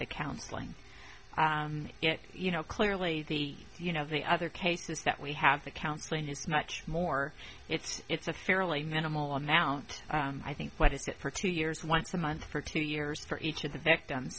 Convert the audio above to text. the counselling yet you know clearly the you know the other cases that we have the counselling is much more it's it's a fairly minimal amount i think what is it for two years once a month for two years for each of the victims